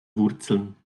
wurzeln